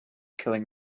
killing